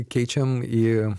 keičiam į